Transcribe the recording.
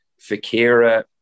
Fakira